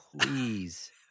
Please